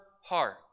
heart